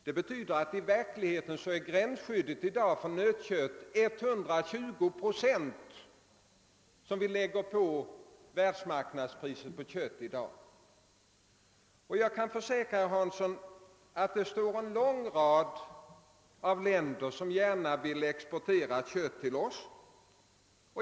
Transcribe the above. Det betyder att gränsskyddet för nötköttet i dag i verkligheten är 120 procent. Jag kan försäkra herr Hansson att det finns en lång rad länder som gärna vill exportera kött till oss.